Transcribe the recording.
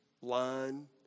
line